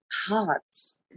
hearts